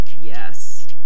yes